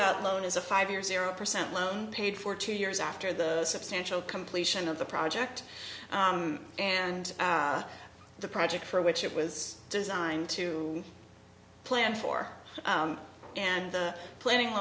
that loan as a five year zero percent loan paid for two years after the substantial completion of the project and the project for which it was designed to plan for and planning